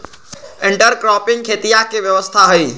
intercropping खेतीया के व्यवस्था हई